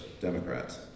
Democrats